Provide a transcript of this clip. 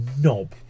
knob